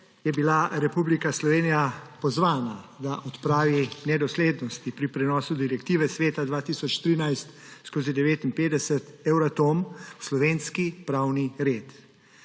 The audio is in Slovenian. je bila Republika Slovenija pozvana, da odpravi nedoslednosti pri prenosu direktive Sveta 2013/59/Euratom v slovenski pravni red.